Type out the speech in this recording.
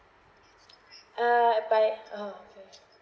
uh by uh okay